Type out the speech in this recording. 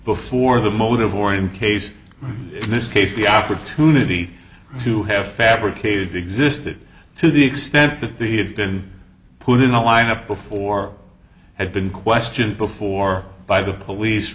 before the motive or in case in this case the opportunity to have fabricated existed to the extent that he had been put in a lineup before had been questioned before by the police